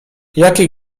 jaki